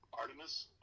Artemis